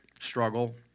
struggle